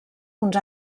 uns